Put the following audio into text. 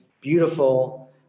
beautiful